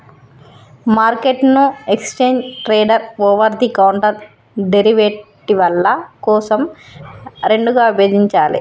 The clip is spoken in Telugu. మార్కెట్ను exchange traded, over the counter డెరివేటివ్ల కోసం రెండుగా విభజించాలే